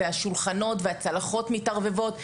והשולחנות והצלחות מתערבבות,